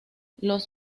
los